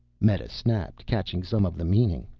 meta snapped, catching some of the meaning.